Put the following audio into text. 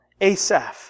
Asaph